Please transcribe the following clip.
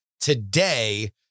today